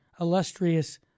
illustrious